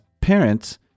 parents